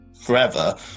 forever